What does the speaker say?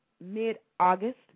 mid-August